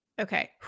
Okay